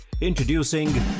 Introducing